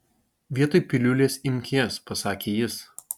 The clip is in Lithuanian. vietoj piliulės imk jas pasakė jis